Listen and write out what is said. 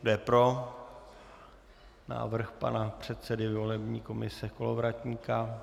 Kdo je pro návrh pana předsedy volební komise Kolovratníka?